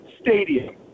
stadium